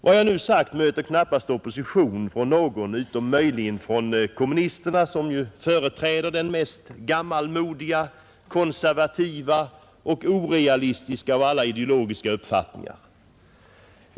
Vad jag nu sagt möter knappast opposition från någon utom möjligen från kommunisterna som ju företräder den mest gammalmodiga, konservativa och orealistiska av alla ideologiska uppfattningar.